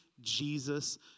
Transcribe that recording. Jesus